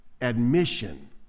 admission